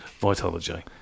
Vitology